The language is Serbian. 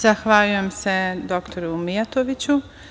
Zahvaljujem se dr Mijatoviću.